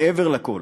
מעבר לכול,